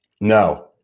No